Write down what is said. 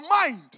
mind